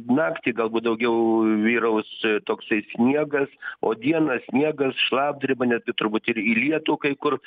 naktį galbūt daugiau vyraus toksai sniegas o dieną sniegas šlapdriba netgi turbūt ir į lietų kai kur